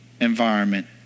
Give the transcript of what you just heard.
environment